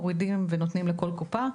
מורידים ונותנים לכל קופה,